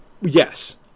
Yes